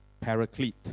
paraclete